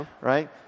right